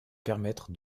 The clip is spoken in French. permettre